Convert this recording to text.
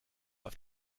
auf